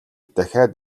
дахиад